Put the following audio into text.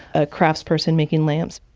a craftsperson making lamps,